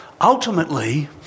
Ultimately